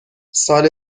سال